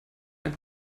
ein